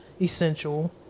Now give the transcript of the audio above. essential